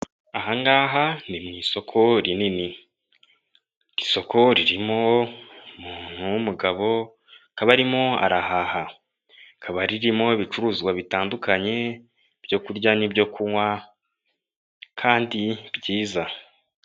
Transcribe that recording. Aha ngaha ni mu isoko rinini. Isoko ririmo umuntu w'umugabo, akaba arimo arahaha. Rikaba ririmo ibicuruzwa bitandukanye; byo kurya n'ibyo kunywa, kandi byiza.